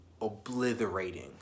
obliterating